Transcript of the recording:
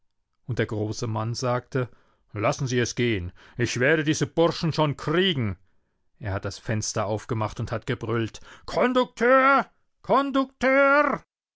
und der große mann sagte lassen sie es gehen ich werde diese burschen schon kriegen er hat das fenster aufgemacht und hat gebrüllt